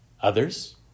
Others